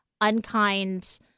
unkind